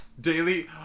daily